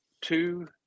two